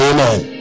Amen